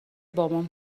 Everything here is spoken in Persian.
بابام